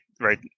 right